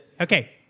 Okay